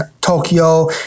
Tokyo